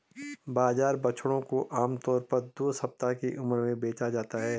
बाजार बछड़ों को आम तौर पर दो सप्ताह की उम्र में बेचा जाता है